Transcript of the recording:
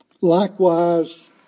Likewise